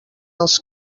als